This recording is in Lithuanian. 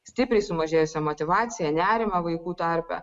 stipriai sumažėjusią motyvaciją nerimą vaikų tarpe